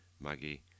Maggie